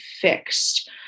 fixed